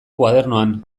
koadernoan